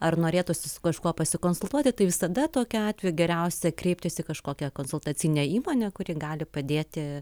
ar norėtųsi su kažkuo pasikonsultuoti tai visada tokiu atveju geriausia kreiptis į kažkokią konsultacinę įmonę kuri gali padėti